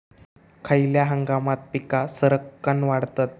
खयल्या हंगामात पीका सरक्कान वाढतत?